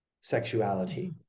sexuality